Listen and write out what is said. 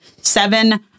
seven